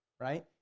right